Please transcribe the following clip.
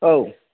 औ